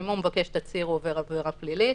אם הוא מבקש תצהיר הוא עובר עבירה פלילית,